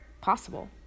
possible